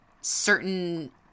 certain